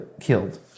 killed